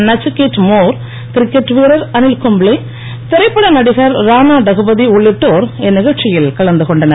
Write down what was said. Nachiket More cricket வீரர் அவில் கும்ப்ளே திரைப்பட நடிகர் ராணா டகுபதி உள்ளிட்டோர் இந்நிகழ்ச்சியில் கலந்துகொண்டனர்